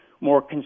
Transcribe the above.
more